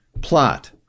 plot